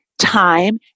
time